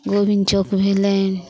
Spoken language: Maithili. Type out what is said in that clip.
गोविन्द चौक भेलनि